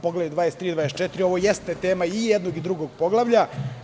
Poglavlja 23. i 24, ovo jeste tema i jednog i drugog poglavlja.